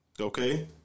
Okay